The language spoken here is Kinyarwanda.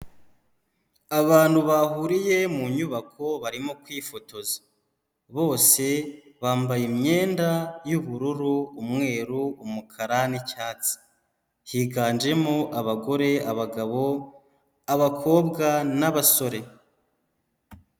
Abantu bahuriye mu nyubako barimo kwifotoza, bose bambaye imyenda y'ubururu, umweru, umukara n'icyatsi, higanjemo abagore, abagabo, abakobwa n'abasore.